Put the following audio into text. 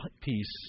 peace